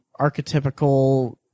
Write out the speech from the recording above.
archetypical